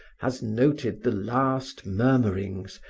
has noted the last murmurings,